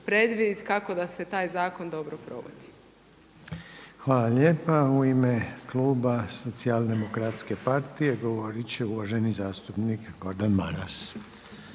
kako da se taj zakon dobro provodi. **Reiner, Željko (HDZ)** Hvala lijepa. U ime kluba Socijaldemokratske partije govorit će uvaženi zastupnik Gordan Maras.